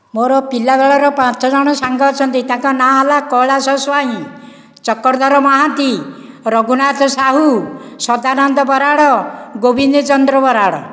ମୋର ପିଲା ବେଳର ପାଞ୍ଚ ଜଣ ସାଙ୍ଗ ଅଛନ୍ତି ତାଙ୍କ ନାଁ ହେଲା କୈଳାସ ସ୍ୱାଇଁ ଚକ୍ରଧର ମହାନ୍ତି ରଘୁନାଥ ସାହୁ ସଦାନନ୍ଦ ବରାଡ଼ ଗୋବିନ୍ଦ ଚନ୍ଦ୍ର ବରାଡ଼